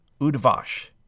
udvash